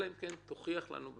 אלא אם כן הוא יוכיח בוודאות